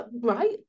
right